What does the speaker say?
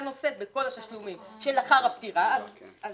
נושאת בכל התשלומים של לאחר הפטירה אז